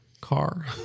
car